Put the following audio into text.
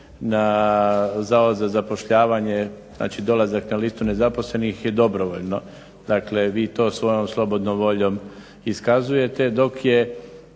na Zavod za zapošljavanje, znači dolazak na listu nezaposlenih je dobrovoljno. Dakle, vi to svojom slobodnom voljom iskazujete dok je